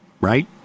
Right